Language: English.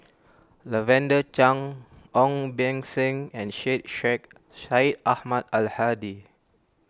Lavender Chang Ong Beng Seng and Syed Sheikh Syed Ahmad Al Hadi